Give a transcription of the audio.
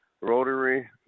rotary